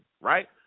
right